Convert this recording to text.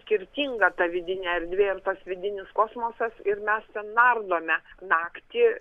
skirtinga ta vidinė erdvė ir tas vidinis kosmosas ir mes nardome naktį